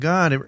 God